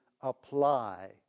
apply